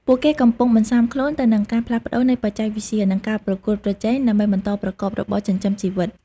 ពួកគេកំពុងបន្សាំខ្លួនទៅនឹងការផ្លាស់ប្ដូរនៃបច្ចេកវិទ្យា និងការប្រកួតប្រជែង ដើម្បីបន្តប្រកបរបរចិញ្ចឹមជីវិត។